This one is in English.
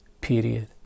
period